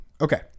Okay